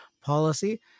policy